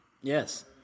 Yes